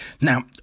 Now